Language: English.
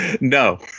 no